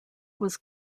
was